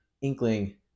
inkling